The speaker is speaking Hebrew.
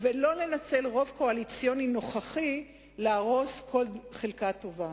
ולא לנצל רוב קואליציוני נוכחי להרוס כל חלקה טובה.